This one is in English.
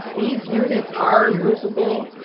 these units are moveable.